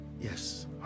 yes